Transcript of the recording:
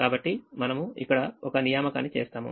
కాబట్టి మనము ఇక్కడ ఒక నియామకాన్ని చేస్తాము